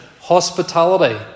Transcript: hospitality